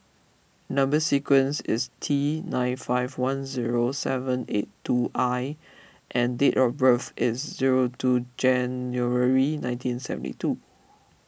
Number Sequence is T nine five one zero seven eight two I and date of birth is zero two January nineteen seventy two